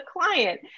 client